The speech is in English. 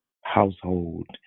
household